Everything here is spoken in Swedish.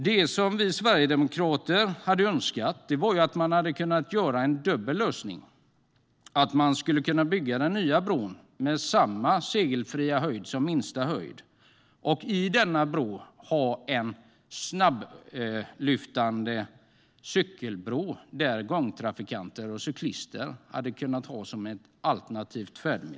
Det som vi sverigedemokrater hade önskat var att man hade kunnat göra en dubbel lösning och att man skulle kunna bygga den nya bron med samma segelfria höjd som lägsta höjd och på denna bro ha en snabblyftande cykelbro som gångtrafikanter och cyklister skulle kunna ha som alternativ.